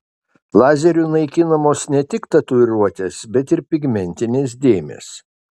lazeriu naikinamos ne tik tatuiruotės bet ir pigmentinės dėmės